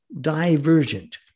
divergent